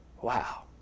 wow